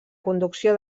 conducció